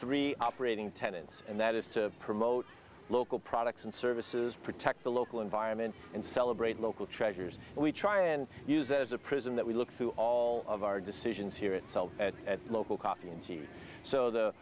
three operating tenants and that is to promote local products and services protect the low environment and celebrate local treasures we try and use as a prism that we look through all of our decisions here itself at local coffee and t v so the